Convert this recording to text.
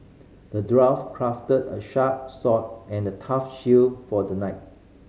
the dwarf crafted a sharp sword and a tough shield for the knight